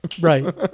right